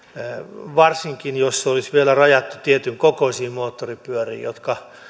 varsinkin jos se olisi vielä rajattu tietyn kokoisiin moottoripyöriin jotka